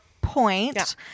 point